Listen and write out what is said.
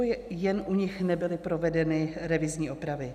Nebo jen u nich nebyly provedeny revizní opravy?